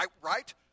Right